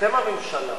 אתם הממשלה.